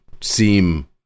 seem